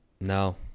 no